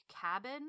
cabin